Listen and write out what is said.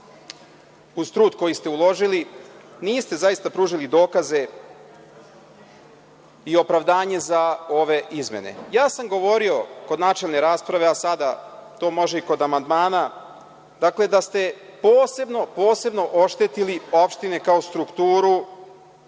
uz trud koji ste uložili, niste zaista pružili dokaze i opravdanje za ove izmene. Ja sam govorio kod načelne rasprave, a sada to može kod amandmana, da ste posebno oštetili opštine kao jednu